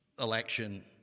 election